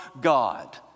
God